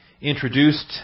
introduced